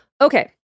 Okay